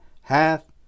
hath